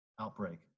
outbreak